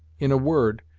in a word,